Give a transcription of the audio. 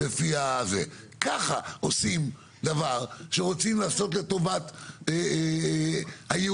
ככה עושים דבר שרוצים לעשות לטובת הייעוד.